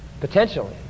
potentially